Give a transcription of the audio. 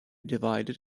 divided